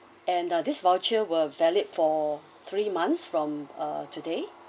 and ah this voucher will valid for three months from uh today